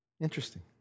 Interesting